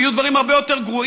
ויהיו דברים הרבה גרועים,